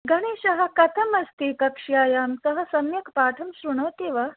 गणेशः कथमस्ति कक्ष्यायां सः सम्यक् पाठं श्रुणोति वा